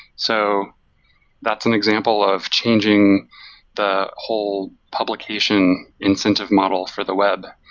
so that's an example of changing the whole publication incentive model for the web.